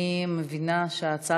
אני מבינה שההצעה